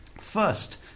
first